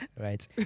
right